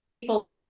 People